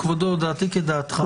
כבודו, דעתי כדעתך.